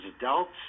adults